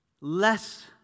less